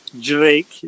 Drake